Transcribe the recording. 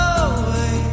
away